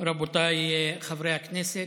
רבותיי חברי הכנסת,